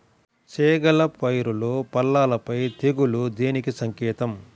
చేగల పైరులో పల్లాపై తెగులు దేనికి సంకేతం?